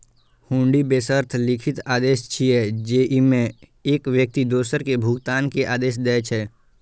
हुंडी बेशर्त लिखित आदेश छियै, जेइमे एक व्यक्ति दोसर कें भुगतान के आदेश दै छै